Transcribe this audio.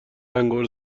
تلنگور